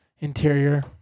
interior